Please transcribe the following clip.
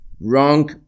Wrong